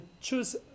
choose